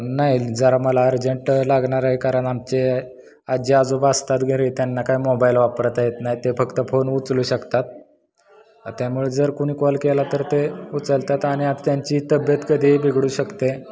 नाही जरा मला अर्जंट लागणार आहे कारण आमचे आजी आजोबा असतात घरी त्यांना काय मोबाईल वापरता येत नाही ते फक्त फोन उचलू शकतात तर त्यामुळे जर कोणी कॉल केला तर ते उचलतात आणि आता त्यांची तब्येत कधीही बिघडू शकते